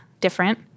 different